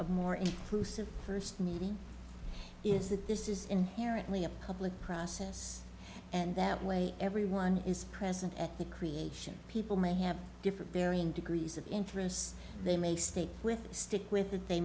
of more inclusive first meeting is that this is inherently a public process and that way everyone is present at the creation people may have different varying degrees of interest they may stick with stick with it they